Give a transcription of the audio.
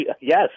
yes